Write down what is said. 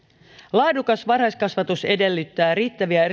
laadukas varhaiskasvatus edellyttää riittäviä